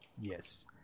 Yes